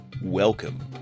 Welcome